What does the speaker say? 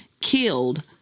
killed